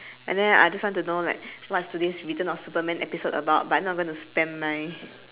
and then I just want to know like what's today return of superman episode about but I'm not going to spend my